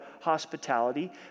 hospitality